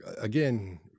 again